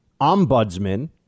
ombudsman